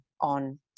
on